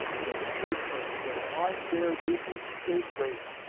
these church folk had better mind their business, and say grace,